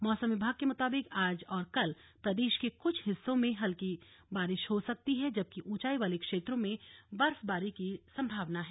मौसम विभाग के मुताबिक आज और कल प्रदेश के कुछ हिस्सों में हल्की बारिश हो सकती है जबकि ऊंचाई वाले क्षेत्रों में बर्फबारी की संभावना है